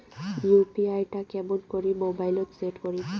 UPI টা কেমন করি মোবাইলত সেট করিম?